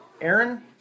Aaron